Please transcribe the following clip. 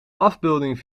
afbeelding